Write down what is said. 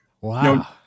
Wow